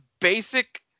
basic